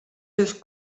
dus